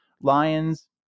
lions